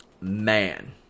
Man